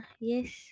yes